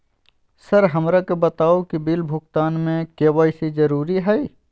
Sir हमरा के बताओ कि बिल भुगतान में के.वाई.सी जरूरी हाई?